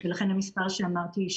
לכן המספר שאמרתי,